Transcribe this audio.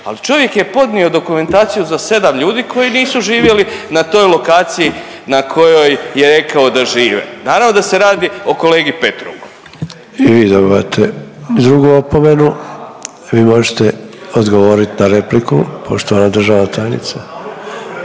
ali čovjek je podnio dokumentaciju za 7 ljudi koji nisu živjeli na toj lokaciji na kojoj je rekao da žive. Naravno da se radi o kolegi Petrovu. **Sanader, Ante (HDZ)** I vi dobivate drugu opomenu. Vi možete odgovoriti na repliku poštovana državna tajnice.